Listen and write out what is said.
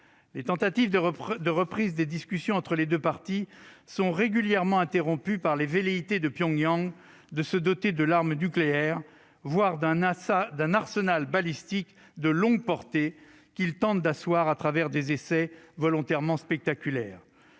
Les tentatives de reprise des discussions entre les deux Corées sont régulièrement interrompues par les velléités de Pyongyang de se doter de l'arme nucléaire, voire d'un arsenal balistique de longue portée dont il tente de démontrer la réalité au travers d'essais volontairement spectaculaires.